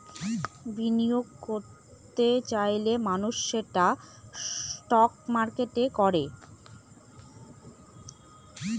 বিনিয়োগ করত চাইলে মানুষ সেটা স্টক মার্কেটে করে